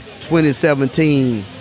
2017